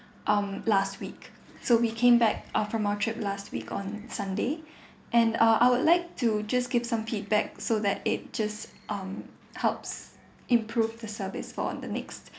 um last week so we came back uh from our trip last week on sunday and uh I would like to just give some feedback so that it just um helps improve the service for the next